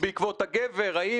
הולכות --- האם